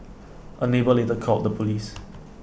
A neighbour later called the Police